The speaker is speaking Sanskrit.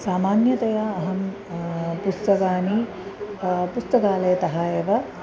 सामान्यतया अहं पुस्तकानि पुस्तकालयतः एव